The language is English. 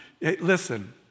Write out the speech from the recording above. listen